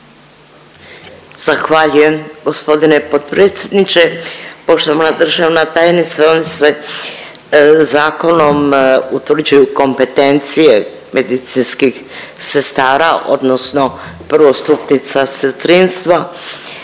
Zahvaljujem gospodine potpredsjedniče. Poštovana državna tajnice ovim se zakonom utvrđuju kompetencije medicinskih sestara odnosno prvostupnica sestrinstva